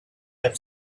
have